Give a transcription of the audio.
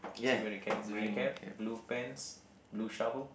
is he wearing a cap green cap blue pants blue shovel